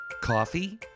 Coffee